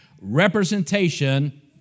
representation